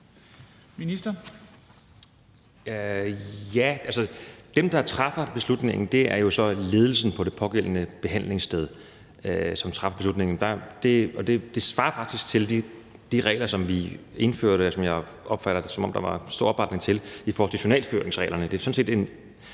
Heunicke): Dem, der træffer beslutningen, er jo så ledelsen på det pågældende behandlingssted, og det svarer faktisk til de regler, som vi indførte, og som jeg opfattede der var stor opbakning til, i forhold til journalføringsreglerne.